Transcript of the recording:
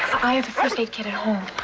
i have a first aid kit at home.